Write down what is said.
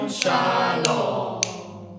shalom